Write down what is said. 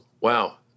Wow